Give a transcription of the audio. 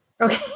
Okay